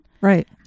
Right